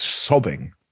Sobbing